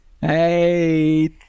Hey